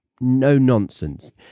no-nonsense